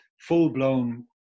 full-blown